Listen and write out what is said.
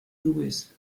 louis